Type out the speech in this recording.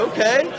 Okay